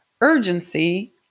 urgency